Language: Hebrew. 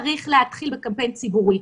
צריך להתחיל בקמפיין ציבורי.